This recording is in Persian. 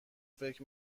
فکر